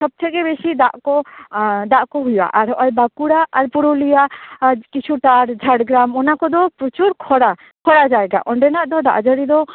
ᱥᱚᱵᱛᱷᱤᱠᱮ ᱵᱮᱥᱤ ᱫᱟᱜ ᱠᱚ ᱫᱟᱜ ᱠᱚ ᱦᱩᱭᱩᱜᱼᱟ ᱟᱨᱦᱚᱸ ᱚᱭ ᱵᱟᱸᱠᱩᱲᱟ ᱟᱨ ᱯᱩᱨᱩᱞᱤᱭᱟᱹ ᱠᱤᱪᱷᱩᱴᱟ ᱟᱨ ᱡᱷᱟᱲᱜᱨᱟᱢ ᱚᱱᱟ ᱠᱚᱫᱚ ᱯᱨᱚᱪᱩᱨ ᱠᱷᱚᱨᱟ ᱠᱷᱚᱨᱟ ᱡᱟᱭᱜᱟ ᱚᱸᱰᱮᱱᱟᱜ ᱫᱚ ᱫᱟᱜ ᱡᱟᱹᱲᱤ ᱫᱚ